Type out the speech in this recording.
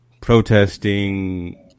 protesting